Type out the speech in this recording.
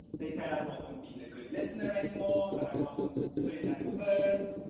they said i wasn't being a good listener anymore, that i wasn't putting them first.